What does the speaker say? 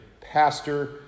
pastor